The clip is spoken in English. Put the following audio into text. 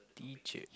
teacher